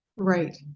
right